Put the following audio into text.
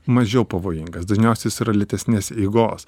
mažiau pavojingas dažniausiai jis yra lėtesnės eigos